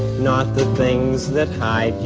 not the things that hide you,